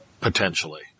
potentially